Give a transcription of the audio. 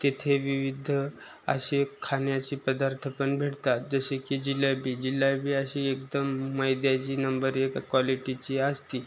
तेथे विविध असे खाण्याचे पदार्थ पण भेटतात जसे की जिलेबी जिलेबी अशी एकदम मैद्याची नंबर एक क्वालिटीची असते